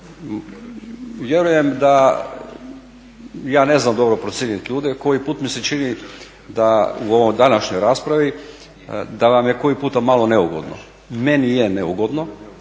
Vjerujem da ja ne znam dobro procijeniti ljude, koji put mi se čini da u ovoj današnjoj raspravi da vam je koji puta malo neugodno. Meni je neugodno